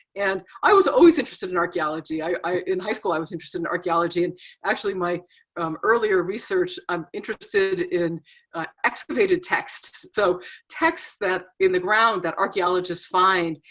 and i was always interested in archaeology. i, in high school, i was interested in archaeology and actually my um earlier research i'm interested in excavated texts. so texts, that in the ground, that archeologists find.